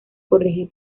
corregir